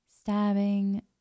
stabbing